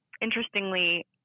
interestingly